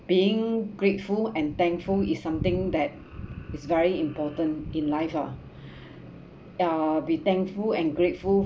being grateful and thankful is something that is very important in life ah ya be thankful and grateful